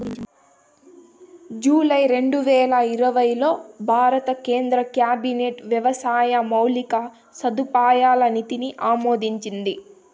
July రెండువేల ఇరవైలో భారత కేంద్ర క్యాబినెట్ వ్యవసాయ మౌలిక సదుపాయాల నిధిని ఆమోదించింది